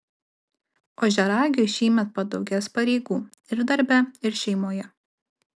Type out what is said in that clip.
ožiaragiui šįmet padaugės pareigų ir darbe ir šeimoje